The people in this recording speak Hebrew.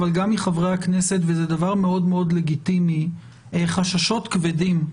שבהחלט יש דיון משפטי שחשוב לקיים.